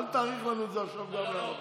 אל תאריך לנו את זה עכשיו גם בערבית.